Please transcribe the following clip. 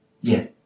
Yes